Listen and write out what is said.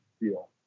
deal